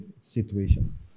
situation